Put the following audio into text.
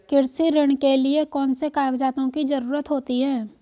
कृषि ऋण के लिऐ कौन से कागजातों की जरूरत होती है?